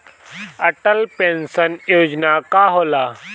Atal pension योजना का होला?